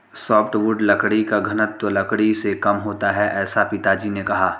softwood लकड़ी का घनत्व लकड़ी से कम होता है ऐसा पिताजी ने कहा